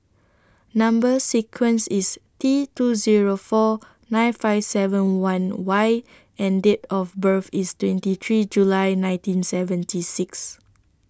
Number sequence IS T two Zero four nine five seven one Y and Date of birth IS twenty three July nineteen seventy six